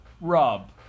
Rob